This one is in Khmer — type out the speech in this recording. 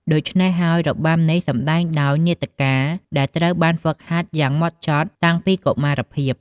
ដូច្នេះហើយ របាំនេះសម្ដែងដោយ នាដការ ដែលត្រូវបានហ្វឹកហាត់យ៉ាងហ្មត់ចត់តាំងពីកុមារភាព។